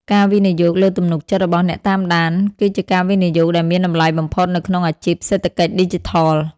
ការវិនិយោគលើទំនុកចិត្តរបស់អ្នកតាមដាន គឺជាការវិនិយោគដែលមានតម្លៃបំផុតនៅក្នុងអាជីពសេដ្ឋកិច្ចឌីជីថល។